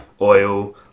oil